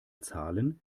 zahlen